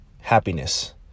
happiness